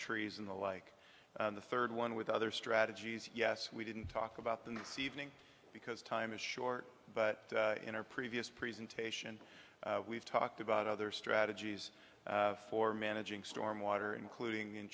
trees in the like the third one with other strategies yes we didn't talk about the sea evening because time is short but in our previous presentation we've talked about other strategies for managing storm water including in